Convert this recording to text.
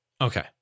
Okay